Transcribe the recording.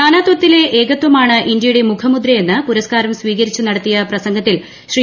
നാനാത്വത്തിലെ ഏകത്വമാണ് ഇന്ത്യയുടെ മുഖമുദ്രയെന്ന് പുരസ്കാരം സ്വീകരിച്ച് നടത്തിയ പ്രസംഗത്തിൽ ശ്രീ